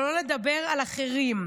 שלא לדבר על אחרים.